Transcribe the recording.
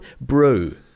brew